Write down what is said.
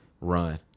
run